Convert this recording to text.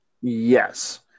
Yes